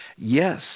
yes